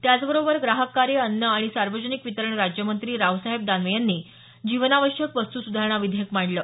त्याचबरोबर ग्राहक कार्य अन्न आणि सार्वजनिक वितरण राज्यमंत्री रावसाहेब दानवे यांनी जीवनावश्यक वस्तू सुधारणा विधेयक मांडलं